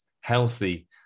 healthy